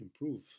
improve